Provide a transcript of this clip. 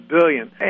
billion